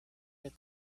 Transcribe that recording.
that